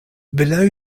below